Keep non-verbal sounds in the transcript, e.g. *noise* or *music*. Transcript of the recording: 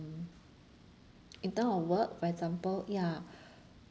in term of work for example ya *breath*